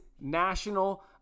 National